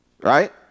Right